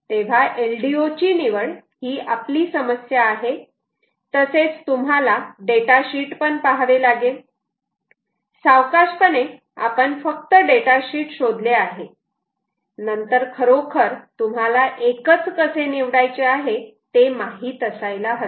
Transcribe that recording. तेव्हा LDO ची निवड ही आपली समस्या आहे आहे तसेच तुम्हाला डेटा शीट पण पहावे लागेल सावकाश पणे आपण फक्त डेटा शीट शोधले आहे नंतर खरोखर तुम्हाला एकच कसे निवडायचे आहे ते माहीत असायला हवे